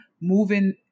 moving